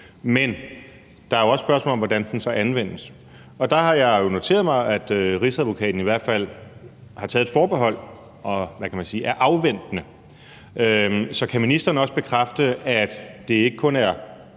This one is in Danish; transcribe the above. Men der er jo også spørgsmålet om, hvordan den så anvendes, og der har jeg noteret mig, at Rigsadvokaten i hvert fald har taget et forbehold og er afventende. Så kan ministeren også bekræfte, at det ikke kun er